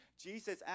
jesus